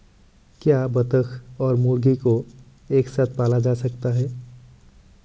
क्या बत्तख और मुर्गी को एक साथ पाला जा सकता है?